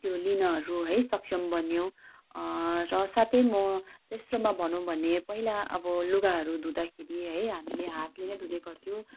त्यो लिनहरू है सक्षम बन्यौँ है र साथै म त्यस समयमा भनौँ भने पहिला अब लुगाहरू धुँदाखेरि है हामीले हातले नै धुने गर्थ्यौँ